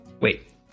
Wait